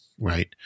Right